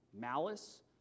malice